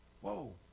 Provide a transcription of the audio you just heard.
Whoa